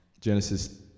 Genesis